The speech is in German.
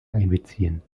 einbeziehen